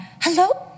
hello